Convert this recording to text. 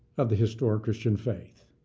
of the historic christian faith.